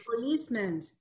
policemen